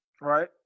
Right